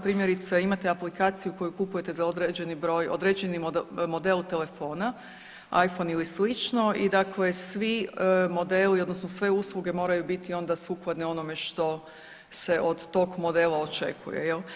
Primjerice imate aplikaciju koju kupujete za određeni broj određeni model telefona Iphon ili slično i svi modeli odnosno sve usluge moraju biti onda sukladne onome što se od tog modela očekuje.